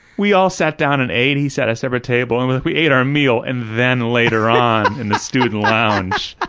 we all sat down and ate, he sat at a separate table, and we like we ate our meal, and then later on in the student lounge,